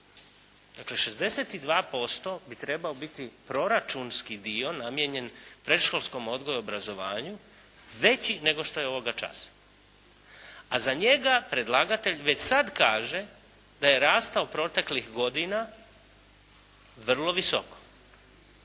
Dakle, 62% bi trebao biti proračunski dio namijenjen predškolskom odgoju i obrazovanju veći nego što je ovoga časa a za njega predlagatelj već sad kaže da je rastao proteklih godina vrlo visoko.